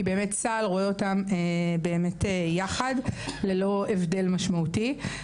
כי צה"ל רואה באמת יחד ללא הבדל משמעותי,